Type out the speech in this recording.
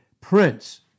prince